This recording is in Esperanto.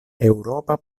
eŭropa